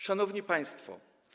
Szanowni Państwo!